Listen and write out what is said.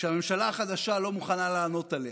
שהממשלה החדשה לא מוכנה לענות עליה.